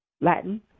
Latin